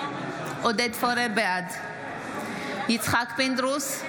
בעד יצחק פינדרוס,